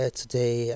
today